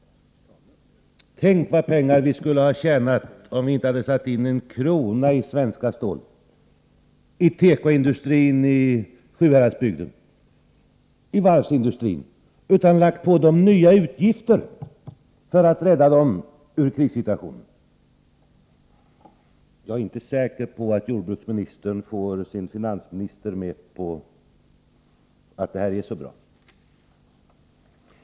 Tänk vad pengar vi skulle ha tjänat om vi inte hade satt in en krona i Svenskt Stål, i tekoindustrin i Sjuhäradsbygden eller i varvsindustrin, utan hade lagt på dem nya utgifter för att rädda dem ur krissituationen! Jag är inte säker på att jordbruksministern får sin finansminister med på att det här är så bra.